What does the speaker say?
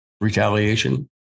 retaliation